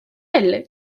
elle